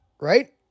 right